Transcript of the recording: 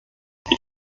die